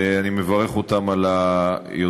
ואני מברך אותם על היוזמה.